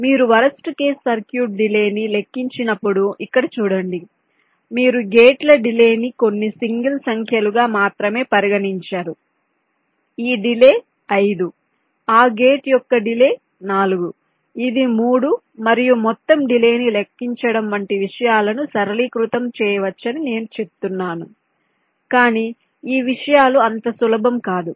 మీరు worst case circuit delay ని లెక్కించినప్పుడు ఇక్కడ చూడండి మీరు గేట్ల డిలే ని కొన్ని సింగిల్ సంఖ్యలుగా మాత్రమే పరిగణించరు ఈ డిలే 5 ఆ గెట్ యొక్క డిలే 4 ఇది 3 మరియు మొత్తం డిలేని లెక్కించడం వంటి విషయాలను సరళీకృతం చేయవచ్చని నేను చెప్తున్నాను కాని ఈ విషయాలు అంత సులభం కాదు